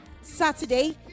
Saturday